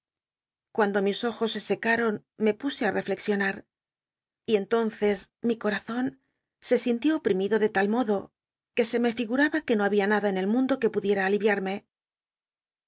j mis ojos se secaron me puse i tcllcxionat y entonlzon se sintió ojll'imitln de tal modo ces mi cor que se me liguraba qu e no había natla en el mundo que pudicm al